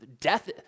death